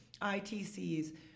ITCs